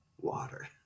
water